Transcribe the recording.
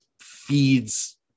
feeds